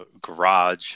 garage